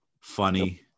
funny